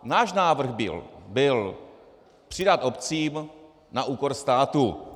Náš návrh byl přidat obcím na úkor státu.